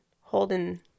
holding